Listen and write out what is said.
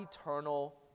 eternal